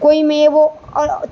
કોઈ મેં એવો